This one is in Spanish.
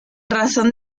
razón